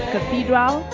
Cathedral